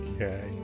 Okay